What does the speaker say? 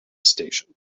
station